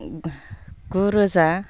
गुरोजा